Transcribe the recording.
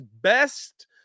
best